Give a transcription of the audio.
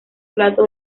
plato